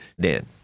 Dan